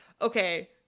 Okay